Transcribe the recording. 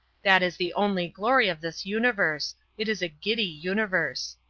that is the only glory of this universe it is a giddy universe.